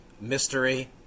mystery